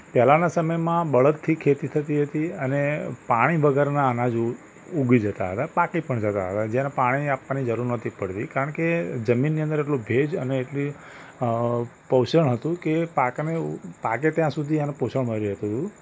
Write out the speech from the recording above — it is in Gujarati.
પહેલાંના સમયમાં બળદથી ખેતી થતી હતી અને પાણી વગરનાં અનાજ ઉ ઉગી જતાં હતાં પાકી પણ જતાં હતાં જેને પાણી આપવાની જરૂર નહોતી પડતી કારણ કે જમીનની અંદર એટલો ભેજ અને એટલી પોષણ હતું કે પાકને પાકે ત્યાં સુધી એને પોષણ મળી રહેતું હતું